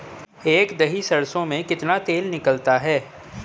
एक दही सरसों में कितना तेल निकलता है?